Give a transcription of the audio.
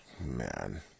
Man